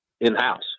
in-house